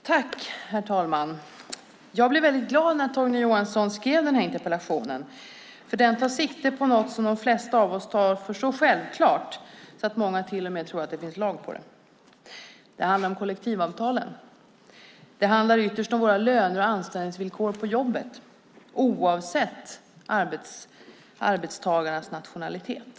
Herr talman! Jag blev glad när Torgny Johansson ställde interpellationen för den tar sikte på något som de flesta av oss uppfattar som så självklart att många till och med tror att det finns lag på det. Det handlar om kollektivavtalen. Det handlar ytterst om våra löner och anställningsvillkor, oavsett arbetstagarnas nationalitet.